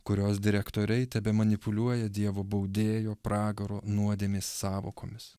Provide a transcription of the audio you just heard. kurios direktoriai tebemanipuliuoja dievo baudėjo pragaro nuodėmės sąvokomis